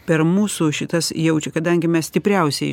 per mūsų šitas jaučia kadangi mes stipriausieji